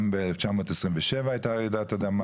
גם ב-1927 הייתה רעידת אדמה,